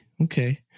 Okay